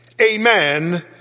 amen